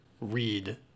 read